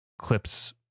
clips